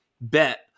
bet